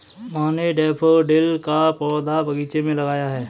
माँ ने डैफ़ोडिल का पौधा बगीचे में लगाया है